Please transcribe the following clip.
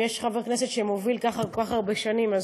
אם יש חבר כנסת שמוביל ככה כל כך הרבה שנים,